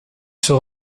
sera